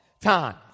time